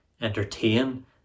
entertain